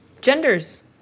Genders